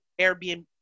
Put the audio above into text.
Airbnb